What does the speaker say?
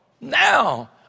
now